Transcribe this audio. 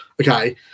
Okay